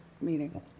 meeting